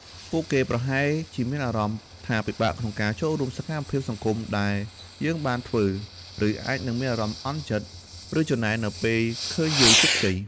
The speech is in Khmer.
ពួកគេប្រហែលជាមានអារម្មណ៍ថាពិបាកក្នុងការចូលរួមសកម្មភាពសង្គមដែលយើងបានធ្វើ ឬអាចនឹងមានអារម្មណ៍អន់ចិត្ត ឬច្រណែននៅពេលឃើញយើងជោគជ័យ។